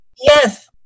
Yes